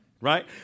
Right